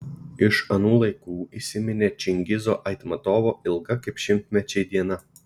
iš anų laikų įsiminė čingizo aitmatovo ilga kaip šimtmečiai diena